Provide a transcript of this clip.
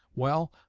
well,